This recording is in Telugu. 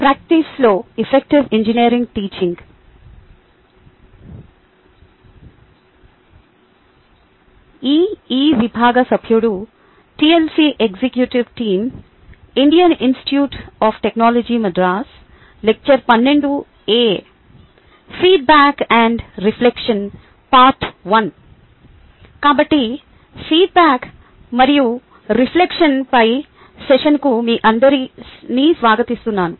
కాబట్టి ఫీడ్బ్యాక్ మరియు రిఫ్లెక్షన్ పై సెషన్కు మీ అందరినీ స్వాగతిస్తున్నాను